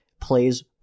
plays